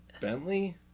Bentley